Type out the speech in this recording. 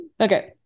Okay